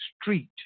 street